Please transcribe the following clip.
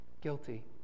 guilty